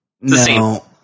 No